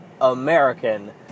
American